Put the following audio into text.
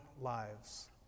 lives